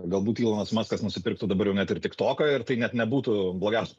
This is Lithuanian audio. galbūt ilonas maskas nusipirktų dabar jau net ir tiktoką ir tai net nebūtų blogiausia